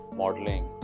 modeling